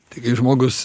tai kai žmogus